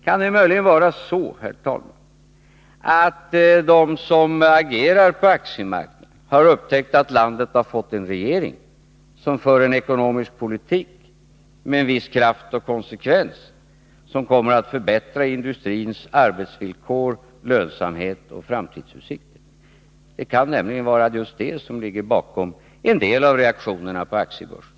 Kan det möjligen vara så, herr talman, att de som agerar på aktiemarknaden har upptäckt att landet har fått en regering som för en ekonomisk politik med en viss kraft och konsekvens, vilket kommer att förbättra industrins arbetsvillkor, lönsamhet och framtidsutsikter? Det kan vara just det som ligger bakom en del av reaktionerna på aktiebörsen.